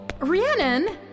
Rhiannon